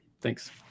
Thanks